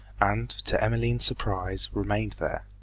and, to emmeline's surprise, remained there.